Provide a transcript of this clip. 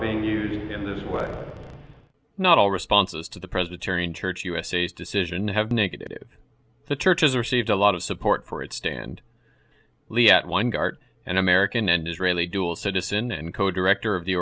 being used in this way not all responses to the presbyterian church usa as decision have negative the churches are saved a lot of support for it stand liat one guard an american and israeli dual citizen and co director of the